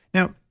now,